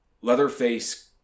Leatherface